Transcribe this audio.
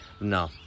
no